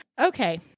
okay